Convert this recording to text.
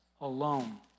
alone